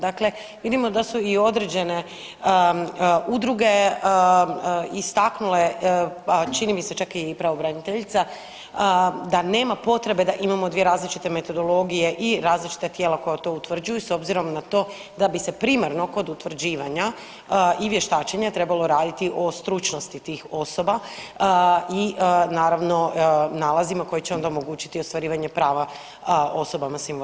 Dakle, vidimo da su i određene udruge istaknule činim mi se, čak i pravobraniteljica, da nema potrebe da imamo 2 različite metodologije i različita tijela koja to utvrđuju s obzirom na to da bi se primarno kod utvrđivanja i vještačenja trebalo raditi o stručnosti tih osoba i naravno, nalazima koji će onda omogućiti ostvarivanje prava osobama s invaliditetom.